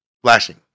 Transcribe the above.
Flashing